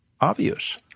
obvious